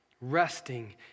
resting